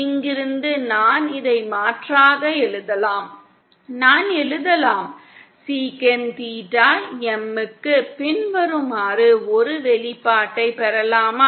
இங்கிருந்து நான் இதை மாற்றாக எழுதலாம் நான் எழுதலாம் சீகன் தீட்டா M க்கு பின்வருமாறு ஒரு வெளிப்பாட்டைப் பெறலாமா